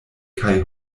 kaj